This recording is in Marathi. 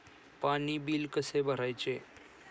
पाणी बिल कसे भरायचे?